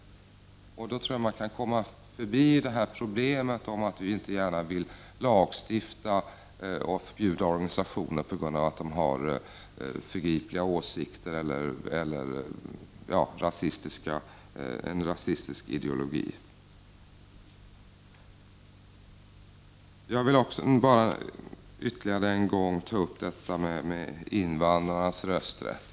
Då tror jag att man kan komma förbi problemet att vi inte gärna vill i lagstiftning förbjuda organisationer på grund av att de har förgripliga åsikter eller en rasistisk ideologi. Jag vill också ytterligare en gång ta upp invandrarnas rösträtt.